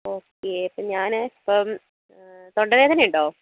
okay ഇപ്പം ഞാന് ഇപ്പം തൊണ്ട വേദന ഉണ്ടോ